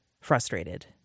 frustrated